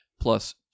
plus